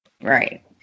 Right